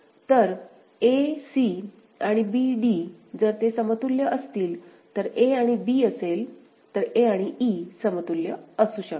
तर a c आणि b d जर ते समतुल्य असतील तर a आणि b असेल तर a आणि e समतुल्य असू शकतात